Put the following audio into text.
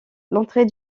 l’entrée